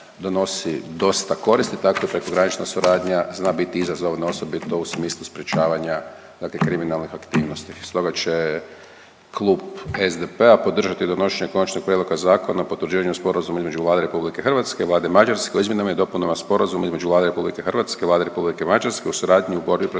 donosi dosta koristi tako i prekogranična suradnja zna biti izazovna, osobito u smislu sprječavanja dakle kriminalnih aktivnosti. Stoga će Klub SDP-a podržati donošenje Konačnog prijedloga zakona o potvrđivanju Sporazuma između Vlade RH i Vlade Mađarske o izmjenama i dopunama Sporazuma između Vlade RH i Vlade Republike Mađarske o suradnji u borbi